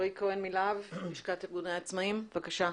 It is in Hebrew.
רועי כהן מלהב, לשכת ארגוני העצמאים, בבקשה.